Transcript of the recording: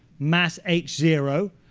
mass h zero.